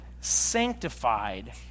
sanctified